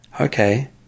okay